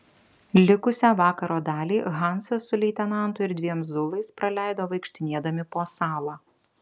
likusią vakaro dalį hansas su leitenantu ir dviem zulais praleido vaikštinėdami po salą